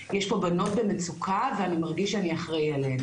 יש פה בנות במצוקה ואני מרגיש שאני אחראי עליהם.